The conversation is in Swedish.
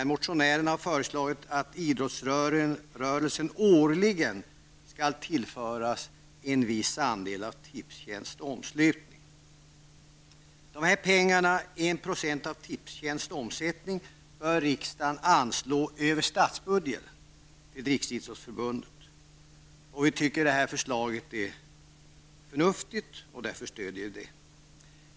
Motionärerna har föreslagit att idrottsrörelsen årligen skall tillföras en viss andel av AB Tipstjänsts omslutning. De här pengarna, 1 % av Tipstjänsts omsättning, bör riksdagen anslå över statsbudgeten till riksidrottsförbundet. Vi tycker att förslaget är förnuftigt, och därför stöder vi det.